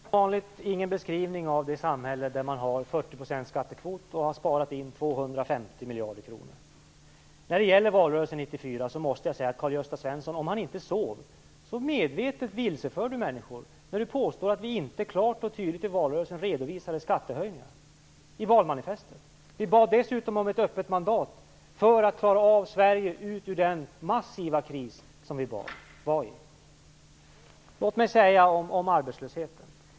Fru talman! Som vanligt var det ingen beskrivning av det samhälle som har 40 % skattekvot och har sparat in 250 miljarder kronor. Sedan var det valrörelsen 1994. Om inte Karl Gösta Svenson då sov, vilseför han människor medvetet när han påstår att vi inte klart och tydligt i valmanifesten under valrörelsen redovisade skattehöjningar. Vi bad dessutom om ett öppet mandat för att klara av att ta Sverige ut ur den massiva kris som vi då var i. Låt mig säga följande om arbetslösheten.